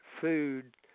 food